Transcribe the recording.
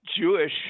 Jewish